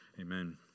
Amen